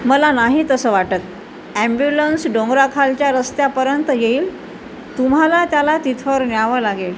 मला नाही तसं वाटत ॲम्ब्युलन्स डोंगराखालच्या रस्त्यापर्यंत येईल तुम्हाला त्याला तिथवर न्यावं लागेल